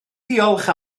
diolch